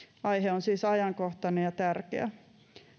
aihe on siis ajankohtainen ja tärkeä